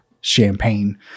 champagne